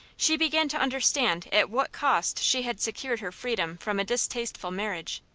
she began to understand at what cost she had secured her freedom from a distasteful marriage.